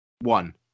one